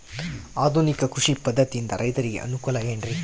ಆಧುನಿಕ ಕೃಷಿ ಪದ್ಧತಿಯಿಂದ ರೈತರಿಗೆ ಅನುಕೂಲ ಏನ್ರಿ?